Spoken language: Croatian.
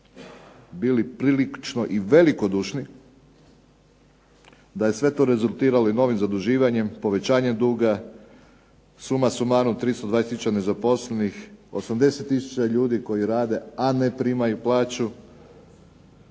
bili prilično velikodušni, da je sve to rezultiralo novim zaduživanjem, povećanjem duga, suma sumarum 320 tisuća nezaposlenih, 80 tisuća ljudi koji rade, a ne primaju plaću.